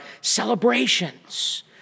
celebrations